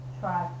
try